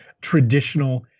traditional